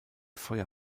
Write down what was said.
feuer